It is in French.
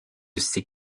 ses